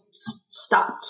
stopped